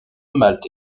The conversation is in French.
malte